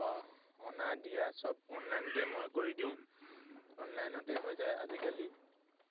অঁ অনা দিয়া চব অনলাইনতে মই কৰি দিওঁ অনলাইনতে হৈ যায় আজিকালি